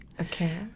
okay